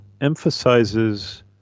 emphasizes